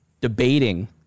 debating